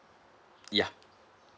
ya